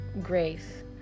grace